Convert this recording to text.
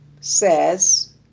says